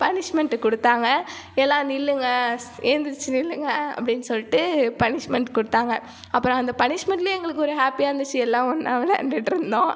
punishment கொடுத்தாங்க எல்லாம் நில்லுங்கள் ஸ் எந்திரிச்சி நில்லுங்கள் அப்படினு சொல்லிட்டு பனிஷ்மெண்ட் கொடுத்தாங்க அப்புறம் அந்த பனிஷ்மெண்ட்லேயும் எங்களுக்கு ஒரே ஹேப்பியாக இருந்துச்சு எல்லாம் ஒன்றா விளையாண்டிட்ருந்தோம்